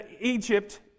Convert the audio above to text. Egypt